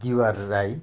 दिवार राई